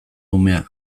umea